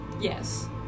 Yes